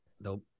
nope